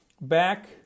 Back